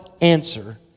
answer